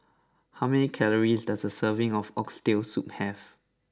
how many calories does a serving of Oxtail Soup have